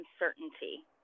uncertainty